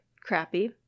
crappy